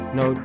no